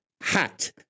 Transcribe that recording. hat